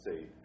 say